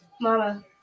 Mama